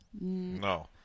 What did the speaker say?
No